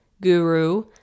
guru